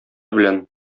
белән